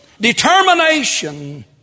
determination